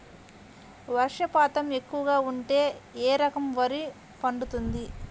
వర్షపాతం ఎక్కువగా ఉంటే ఏ రకం వరి పండుతుంది?